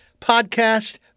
podcast